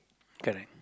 correct